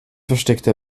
versteckte